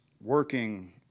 working